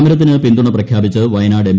സമരത്തിന് പിൻതുണ പ്രഖ്യാപിച്ച് വയനാട് എം